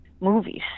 movies